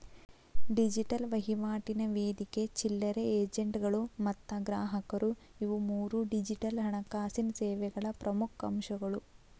digital ವಹಿವಾಟಿನ ವೇದಿಕೆ ಚಿಲ್ಲರೆ ಏಜೆಂಟ್ಗಳು ಮತ್ತ ಗ್ರಾಹಕರು ಇವು ಮೂರೂ ಡಿಜಿಟಲ್ ಹಣಕಾಸಿನ್ ಸೇವೆಗಳ ಪ್ರಮುಖ್ ಅಂಶಗಳು